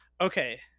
okay